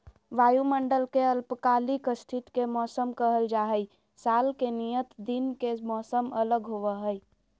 वायुमंडल के अल्पकालिक स्थिति के मौसम कहल जा हई, साल के नियत दिन के मौसम अलग होव हई